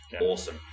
awesome